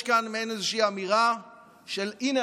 יש כאן איזושהי אמירה של הינה,